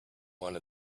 one